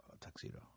tuxedo